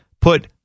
put